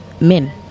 Men